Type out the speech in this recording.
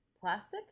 plastic